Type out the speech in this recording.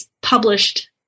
published